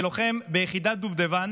שלוחם ביחידת דובדבן